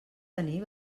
tenir